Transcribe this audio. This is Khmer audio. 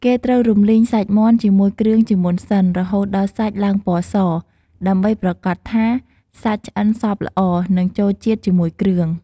គេត្រូវរំលីងសាច់មាន់ជាមួយគ្រឿងជាមុនសិន រហូតដល់សាច់ឡើងពណ៌ស ដើម្បីប្រាកដថាសាច់ឆ្អិនសព្វល្អ និងចូលជាតិជាមួយគ្រឿង។